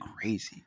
crazy